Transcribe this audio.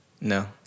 No